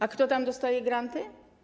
A kto tam dostaje granty?